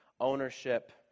ownership